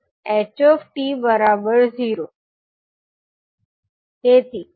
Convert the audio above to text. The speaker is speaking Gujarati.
તેથી જો આ ગુણધર્મ સાચો હોય તો 𝑡 − 𝜆 0 અથવા 𝜆 𝑡 માટે ℎ𝑡 − 𝜆 0